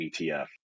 ETF